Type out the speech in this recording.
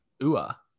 ua